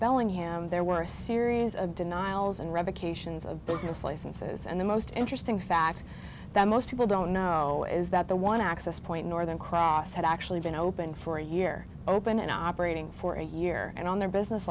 bellingham there were a series of denials and revocations of business licenses and the most interesting fact that most people don't know is that the one access point northern cross had actually been open for a year open and operating for a year and on their business